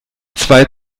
zwei